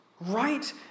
Right